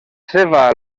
seva